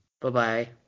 Bye-bye